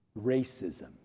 racism